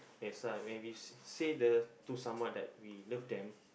that's why when we s~ say the to someone like we love them